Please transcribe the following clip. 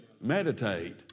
Meditate